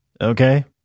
okay